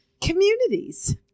Communities